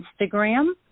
Instagram